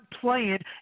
playing